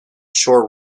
shore